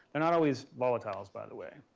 they're not always volatiles by the way.